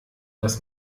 dass